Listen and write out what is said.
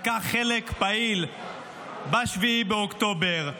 שלקח חלק פעיל ב-7 באוקטובר,